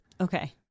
Okay